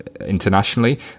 internationally